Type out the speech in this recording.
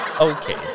okay